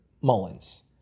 Mullins